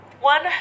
One